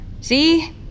See